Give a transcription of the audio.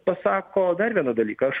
pasako dar vieną dalyką aš